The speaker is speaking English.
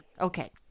Okay